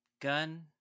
gun